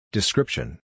Description